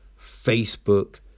Facebook